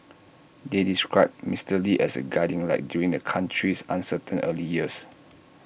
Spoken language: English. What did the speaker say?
they described Mister lee as A guiding light during the country's uncertain early years